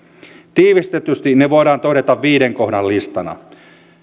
tiivistetysti ne voidaan todeta viiden kohdan listana